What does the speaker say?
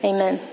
Amen